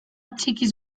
txikiz